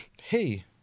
Hey